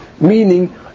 Meaning